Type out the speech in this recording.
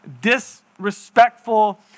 disrespectful